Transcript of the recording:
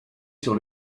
sur